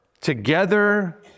together